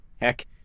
Heck